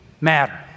matter